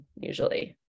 usually